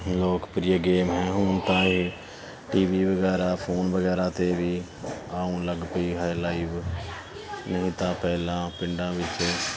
ਲੋਕਪ੍ਰਿਯ ਗੇਮ ਹੈ ਹੁਣ ਤਾਂ ਇਹ ਟੀ ਵੀ ਵਗੈਰਾ ਫੋਨ ਵਗੈਰਾ 'ਤੇ ਵੀ ਆਉਣ ਲੱਗ ਪਈ ਹੈ ਲਾਈਵ ਨਹੀਂ ਤਾਂ ਪਹਿਲਾਂ ਪਿੰਡਾਂ ਵਿੱਚ